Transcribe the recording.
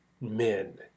men